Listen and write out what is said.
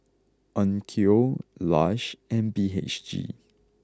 Onkyo Lush and B H G